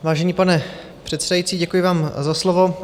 Vážený pane předsedající, děkuji vám za slovo.